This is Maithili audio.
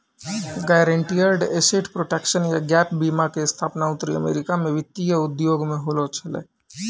गायरंटीड एसेट प्रोटेक्शन या गैप बीमा के स्थापना उत्तरी अमेरिका मे वित्तीय उद्योग मे होलो छलै